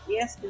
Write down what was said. Yes